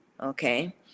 okay